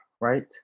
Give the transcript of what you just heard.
right